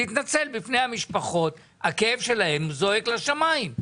להתנצל בפני המשפחות, הכאב שלהם זועק לשמים.